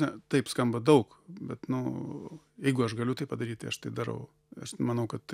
na taip skamba daug bet nu jeigu aš galiu tai padaryt tai aš tai darau aš manau kad